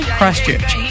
Christchurch